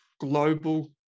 global